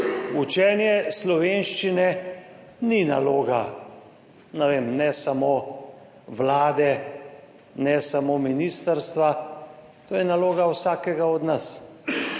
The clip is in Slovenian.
Učenje slovenščine ni naloga samo vlade ali samo ministrstva, to je naloga vsakega od nas,